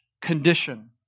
condition